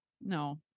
No